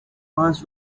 pas